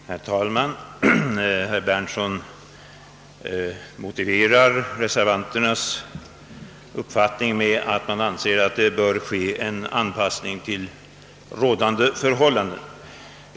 Herr talman! Herr Berndtsson motiverar reservanternas uppfattning med att det bör ske en anpassning till rådande förhållanden.